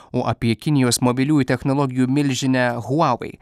o apie kinijos mobiliųjų technologijų milžinę huavei